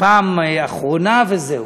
פעם אחרונה, וזהו.